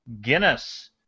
Guinness